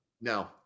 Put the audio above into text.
No